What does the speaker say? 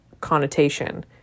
connotation